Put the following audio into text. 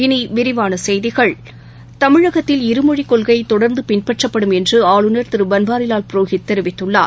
இனிவிரிவானசெய்திகள் தமிழகத்தில் இரு மொழிக் கொள்கைதொடர்ந்துபின்பற்றப்படும் என்றுஆளுநர் திருபன்வாரிவால் புரோஹித் தெரிவித்துள்ளார்